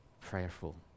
prayerful